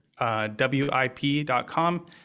WIP.com